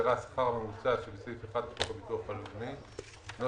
בהגדרה "השכר הממוצע" שבסעיף 1 לחוק הביטוח הלאומי ,